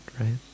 right